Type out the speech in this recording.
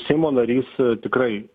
seimo narys tikrai